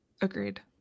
agreed